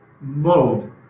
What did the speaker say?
mode